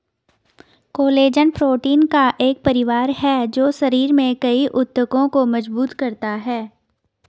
collagen protein का एक परिवार है जो शरीर में कई ऊतकों को मजबूत करता है